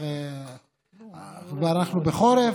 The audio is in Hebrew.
ואנחנו בחורף,